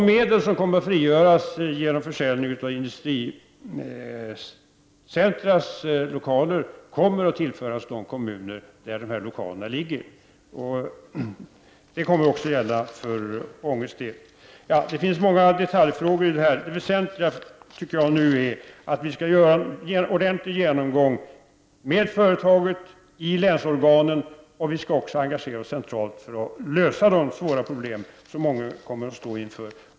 De medel som kommer att frigöras genom försäljning av Industricentras lokaler, kommer att tillföras de kommuner där de dessa lokaler ligger. Det kommer även att gälla Ånge. Det finns många detaljfrågor i detta sammanhang. Det väsentliga nu är, enligt min uppfattning, att vi skall göra en ordentlig genomgång med företaget och i länsorganen. Vi skall även engagera oss centralt för att lösa de svåra problem som Ånge kommer att stå inför.